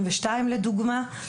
לדוגמה,